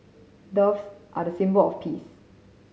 doves are the symbol of peace